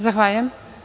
Zahvaljujem.